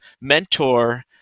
Mentor